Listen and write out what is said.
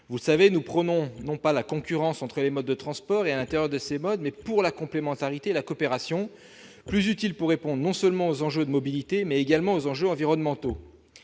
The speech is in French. Vous le savez, nous prônons non pas la concurrence entre les modes de transport et à l'intérieur de ces modes, mais la complémentarité et la coopération, plus utiles pour répondre non seulement aux enjeux de mobilité, mais également aux enjeux environnementaux.